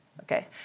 okay